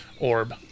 orb